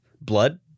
blood